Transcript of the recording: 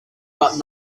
button